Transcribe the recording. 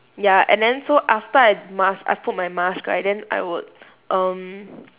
ya and then so after I mask I put my mask right then I would um